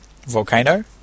Volcano